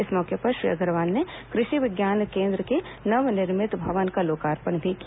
इस मौके पर श्री अग्रवाल ने कृषि विज्ञान केन्द्र के नवनिर्मित भवन का लोकार्पण भी किया